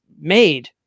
made